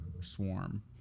Swarm